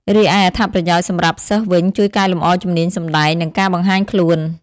រីឯអត្ថប្រយោជន៍សម្រាប់សិស្សវិញជួយកែលម្អជំនាញសម្តែង និងការបង្ហាញខ្លួន។